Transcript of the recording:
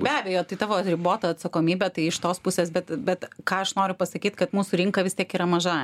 be abejo tai tavo ribota atsakomybė tai iš tos pusės bet bet ką aš noriu pasakyt kad mūsų rinka vis tiek yra maža